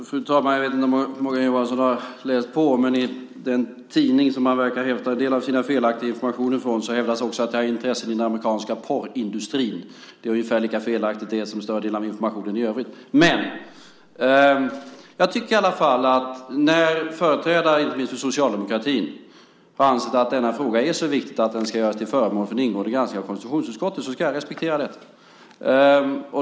Fru talman! Jag vet inte om Morgan Johansson har läst på. Men i den tidning som han verkar hämta en del av sin felaktiga information från hävdas också att jag har intressen i den amerikanska porrindustrin. Det är ungefär lika felaktigt som större delen av informationen i övrigt. Men när företrädare för inte minst socialdemokratin har ansett att denna fråga är så viktig att den ska göras till föremål för en ingående granskning av konstitutionsutskottet ska jag respektera detta.